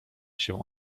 się